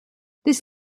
this